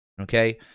okay